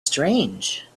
strange